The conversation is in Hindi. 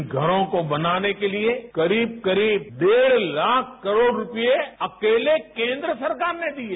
इन घरों को बनाने के लिए करीब करीब डेढ़ लाख करोड़ रूपये अकेले केन्द्र सरकार ने दिए